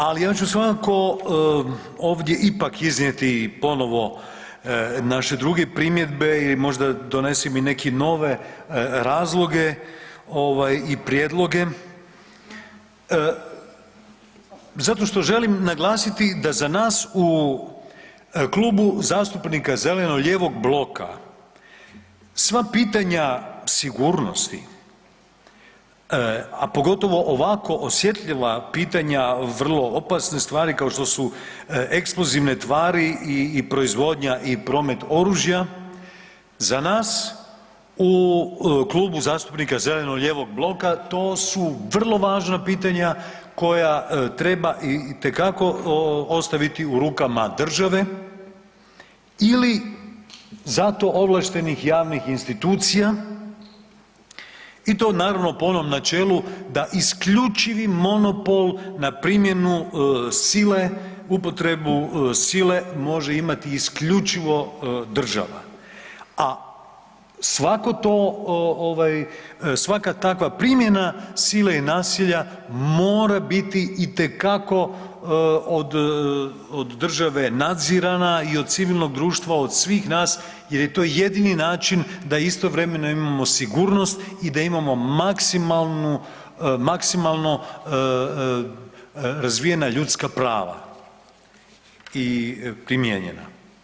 Ali ja ću svakako ovdje ipak iznijeti ponovo naše druge primjedbe ili možda donesem i neke nove razloge ovaj i prijedloge zato što želim naglasiti da za nas u Klubu zastupnika zeleno-lijevog bloka sva pitanja sigurnosti, a pogotovo ovako osjetljiva pitanja, vrlo opasne stvari kao što su eksplozivne tvari i proizvodnja i promet oružja za nas u Klubu zastupnika zeleno-lijevog bloka to su vrlo važna pitanja koja treba itekako ostaviti u rukama države ili za to ovlaštenih javnih institucija i to naravno po onom načelu da isključivi monopol na primjenu sile, upotrebu sile može imati isključivo država, a svako to ovaj, svaka takva primjena sile i nasilja mora biti itekako od, od države nadzirana i od civilnog društva, od svih nas jer je to jedini način da istovremeno imamo sigurnost i da imamo maksimalnu, maksimalno razvijena ljudska prava i primijenjena.